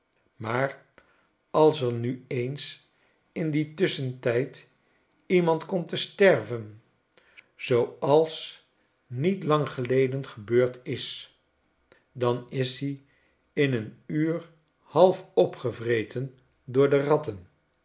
maar als er nu eens in dien tusschentijd iemand komt te sterven zooalsnietlanggeledengebeurd is dan is i in een uur half opgevreten door de ratten